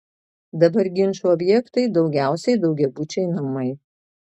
dabar ginčų objektai daugiausiai daugiabučiai namai